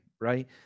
Right